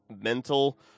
mental